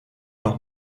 nog